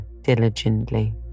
diligently